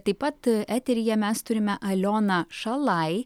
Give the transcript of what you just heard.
taip pat eteryje mes turime alioną šalai